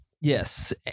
yes